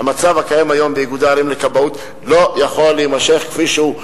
המצב הקיים היום באיגודי ערים לכבאות לא יכול להימשך כפי שהוא.